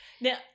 Now